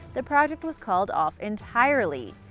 the project was called off entirely.